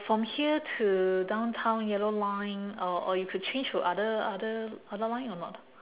from here to downtown yellow line or or you could change to other other other line or not